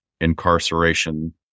incarceration